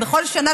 בכל שנה,